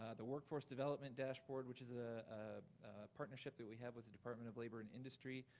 ah the workforce development dashboard, which is a partnership that we have with the department of labor and industry.